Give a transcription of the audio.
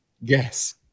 Yes